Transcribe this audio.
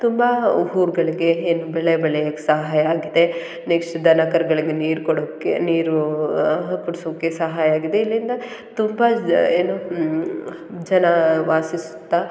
ತುಂಬ ಊರುಗಳಿಗೆ ಏನ್ ಬೆಳೆ ಬೆಳಿಯೋಕ್ಕೆ ಸಹಾಯ ಆಗಿದೆ ನೆಕ್ಸ್ಟ್ ದನ ಕರುಗಳಿಗೆ ನೀರು ಕೊಡೋಕ್ಕೆ ನೀರು ಕುಡಿಸೋಕ್ಕೆ ಸಹಾಯ ಆಗಿದೆ ಇಲ್ಲಿಂದ ತುಂಬ ಜ ಏನು ಜನ ವಾಸಿಸುತ್ತ